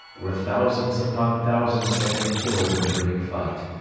where thousands upon thousands had been killed in the great fight.